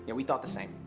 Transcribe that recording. and we thought the same.